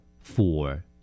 Four